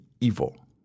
evil